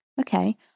Okay